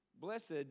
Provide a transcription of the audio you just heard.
Blessed